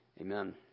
amen